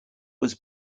was